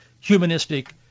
humanistic